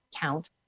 count